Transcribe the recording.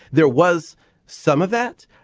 there was some of that.